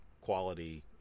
quality